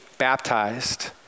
baptized